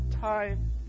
time